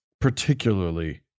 particularly